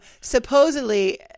Supposedly